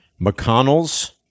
McConnell's